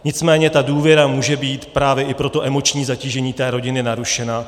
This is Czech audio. Nicméně ta důvěra může být právě i pro to emoční zatížení té rodiny narušena.